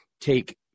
take